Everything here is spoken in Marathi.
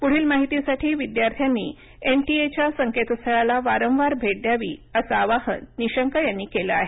पुढील माहितीसाठी विद्यार्थ्यांनी एनटीएच्या संकेतस्थळाला वारवार भेट द्यावी असं आवाहन निशंक यांनी केलं आहे